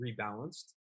rebalanced